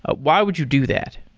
ah why would you do that?